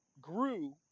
grew